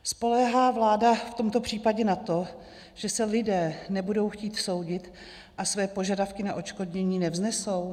Spoléhá vláda v tomto případě na to, že se lidé nebudou chtít soudit a své požadavky na odškodnění nevznesou?